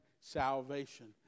salvation